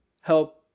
help